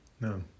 No